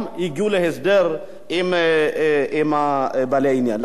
גם הגיעו להסדר עם בעלי העניין.